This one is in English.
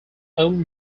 own